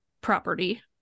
property